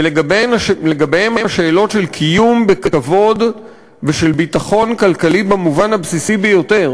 ולגביהם השאלות של קיום בכבוד ושל ביטחון כלכלי במובן הבסיסי ביותר